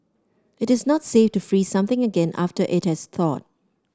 it is not safe to freeze something again after it has thawed